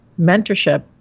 Mentorship